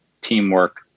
teamwork